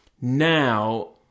now